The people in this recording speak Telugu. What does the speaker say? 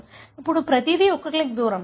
ఇప్పుడు ప్రతిదీ ఒక క్లిక్ దూరంలో ఉంది